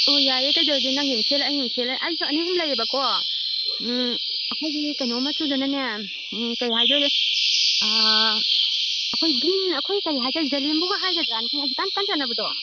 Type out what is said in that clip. ꯑꯣ ꯌꯥꯏꯔꯦ ꯀꯩꯗꯧꯔꯒꯦ ꯅꯪꯒꯤꯃꯨꯛ ꯁꯦꯠꯂ ꯑꯩꯒꯤꯃꯨꯛ ꯁꯦꯠꯂꯦ ꯑꯩꯁꯨ ꯑꯅꯤ ꯑꯍꯨꯝ ꯂꯩꯌꯦꯕꯀꯣ ꯑꯩꯈꯣꯏꯒꯤ ꯀꯩꯅꯣ ꯃꯆꯨꯗꯅꯅꯦ ꯀꯩꯍꯥꯏꯗꯣꯏꯅꯣ ꯑꯩꯈꯣꯏ ꯒ꯭ꯔꯤꯟ ꯑꯩꯈꯣꯏꯒꯤ ꯀꯔꯤ ꯍꯥꯏꯗꯣꯏꯅꯣ ꯖꯂꯦꯝꯕꯨ ꯍꯥꯏꯒꯗ꯭ꯔꯥ ꯍꯧꯖꯤꯛꯀꯥꯟ ꯀꯟ ꯆꯠꯅꯕꯗꯣ